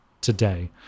today